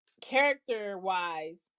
character-wise